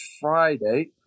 Friday